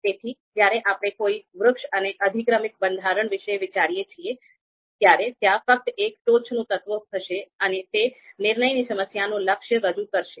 તેથી જ્યારે આપણે કોઈ વૃક્ષ અને અધિક્રમિક બંધારણ વિશે વિચારીએ છીએ ત્યારે ત્યાં ફક્ત એક ટોચનું તત્વ હશે અને તે નિર્ણયની સમસ્યાનું લક્ષ્ય રજૂ કરશે